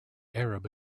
arab